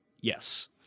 Yes